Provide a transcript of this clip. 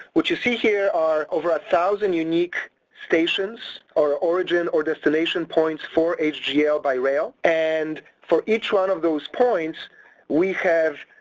what you see here are over a thousand unique stations or origins or destination points for hgl-by-rail and for each one of those points we have